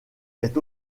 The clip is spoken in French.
est